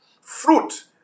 fruit